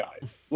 guys